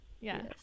yes